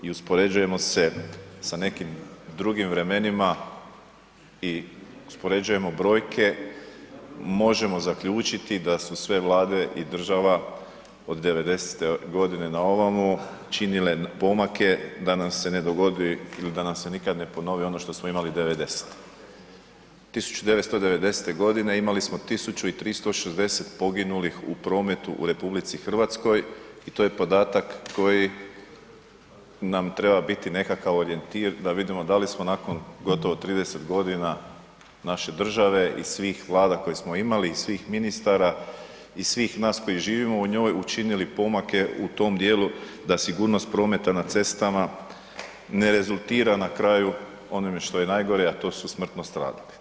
I uspoređujemo se sa nekim drugim vremenima i uspoređujemo brojke, možemo zaključiti da su sve Vlade i država od 90. godine na ovamo činile pomake da nam se ne dogodi ili da nam se nikad ne ponovi ono što smo imali 90.-e. 1990. godine imali smo 1360 poginulih u prometu u RH i to je podatak koji nam treba biti nekakav orijentir da vidimo da li smo nakon gotovo 30 godina naše države i svih Vlada koje smo imali i svih ministara i svih nas koji živimo u njoj učinili pomake u tome dijelu da sigurnost prometa na cestama ne rezultira na kraju onime što je najgore a to su smrtno stradalih.